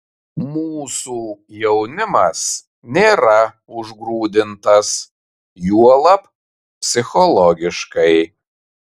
mūsų jaunimas nėra užgrūdintas juolab psichologiškai